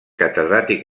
catedràtic